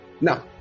Now